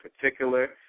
particular